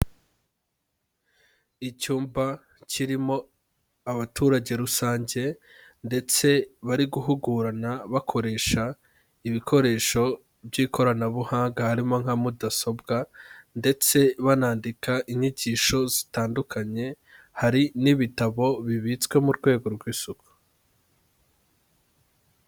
Icyumba kirimo abaturage rusange ndetse bari guhugurana, bakoresha ibikoresho by'ikoranabuhanga harimo nka mudasobwa, ndetse banandika inyigisho zitandukanye, hari n'ibitabo bibitswe mu rwego rw'isuku.